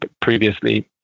previously